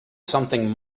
something